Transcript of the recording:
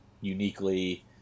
uniquely